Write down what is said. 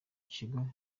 kigo